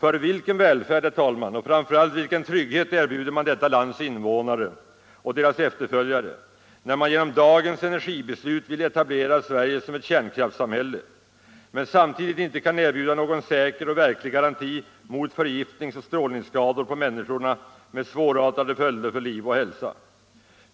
Ty vilken välfärd, herr talman, och framför allt vilken trygghet erbjuder man detta lands invånare och deras efterföljare, när man genom dagens energibeslut vill etablera Sverige som ett kärnkraftssamhälle men samtidigt inte kan erbjuda någon säker och verklig garanti mot förgiftningsoch strålningsskador på människorna med svårartade följder för liv och hälsa?